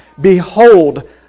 Behold